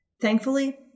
Thankfully